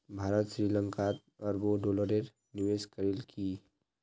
भारत श्री लंकात अरबों डॉलरेर निवेश करील की